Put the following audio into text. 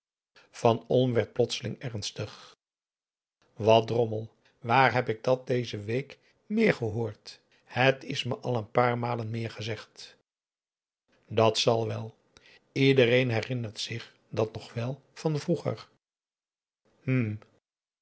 olm werd plotseling ernstig wat drommel waar heb ik dat deze week meer gehoord het is me al een paar malen meer gezegd dat zal wel iedereen herinnert zich dat nog wel van vroeger hm